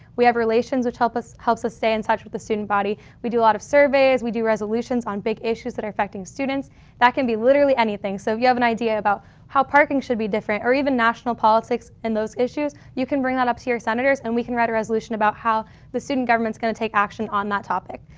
we have relations help us helps us stay in touch with the student body. we do a lot of surveys we do resolutions on big issues that are affecting students that can be literally anything so you have an idea about how parking should be different or even national politics in those issues you can bring that up to your senators and we can write a resolution about how the student government's going to take action on that topic.